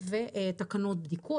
ותקנות בדיקות.